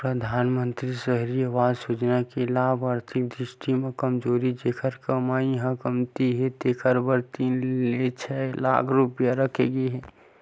परधानमंतरी सहरी आवास योजना के लाभ आरथिक दृस्टि म कमजोर जेखर कमई ह कमती हे तेखर बर तीन ले छै लाख रूपिया राखे गे हे